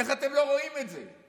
איך אתם לא רואים את זה,